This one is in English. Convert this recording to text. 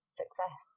success